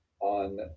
on